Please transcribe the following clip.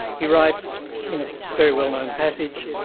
he writes, in a very well-known passage,